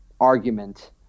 argument